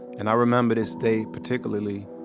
and i remember this day particularly.